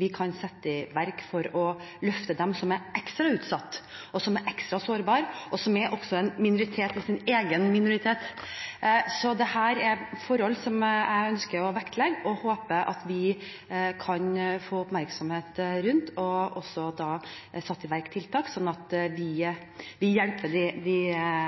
vi kan sette i verk for å løfte dem som er ekstra utsatt, som er ekstra sårbare, og som er en minoritet i sin egen minoritet. Dette er forhold som jeg ønsker å vektlegge, og som jeg håper vi kan få oppmerksomhet rundt. Jeg ønsker også å få satt i verk tiltak, slik at vi hjelper de